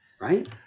Right